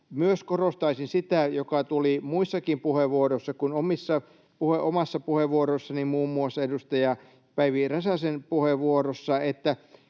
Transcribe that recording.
Korostaisin myös sitä, mikä tuli muissakin puheenvuoroissa kuin omassa puheenvuorossani, muun muassa edustaja Päivi Räsäsen puheenvuorossa,